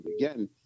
again